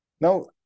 Now